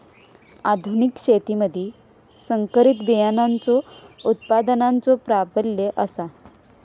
आधुनिक शेतीमधि संकरित बियाणांचो उत्पादनाचो प्राबल्य आसा